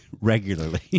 regularly